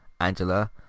angela